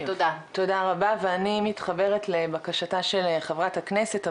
תודה רבה ואני מתחברת לבקשתה של חברת הכנסת,